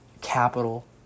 capital